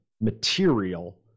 material